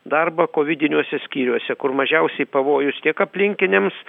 darbą kovidiniuose skyriuose kur mažiausiai pavojus tiek aplinkiniams